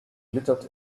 glittered